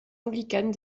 anglicane